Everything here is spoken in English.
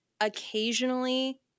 occasionally